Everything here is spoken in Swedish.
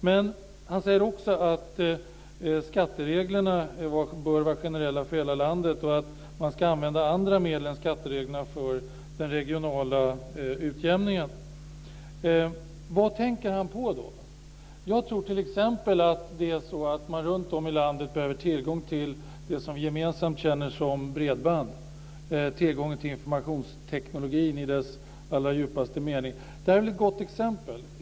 Men han säger också att skattereglerna bör vara generella för hela landet och att man ska använda andra medel än skattereglerna för den regionala utjämningen. Vad tänker han då på? Jag tror t.ex. att det är så att man runtom i landet behöver ha tillgång till det som vi gemensamt känner som bredband, tillgång till informationstekniken i dess allra djupaste mening. Det är väl ett gott exempel.